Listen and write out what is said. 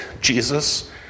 Jesus